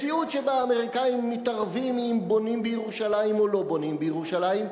מציאות שבה האמריקנים מתערבים אם בונים בירושלים או לא בונים בירושלים,